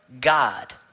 God